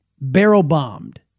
barrel-bombed